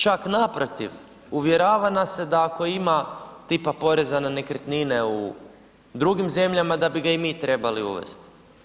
Čak naprotiv, uvjerava nas se da ako ima, tipa poreza na nekretnine u drugim zemljama, da bi ga i mi trebali uvesti.